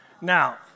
Now